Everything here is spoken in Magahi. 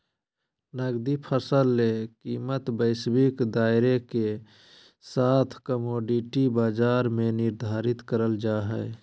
नकदी फसल ले कीमतवैश्विक दायरेके साथकमोडिटी बाजार में निर्धारित करल जा हइ